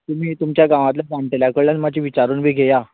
तुमी तुमच्या गांवातले स्पोटेला कडल्यान मातशें विचारून बिन घेयात